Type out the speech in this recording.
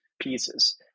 pieces